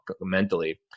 mentally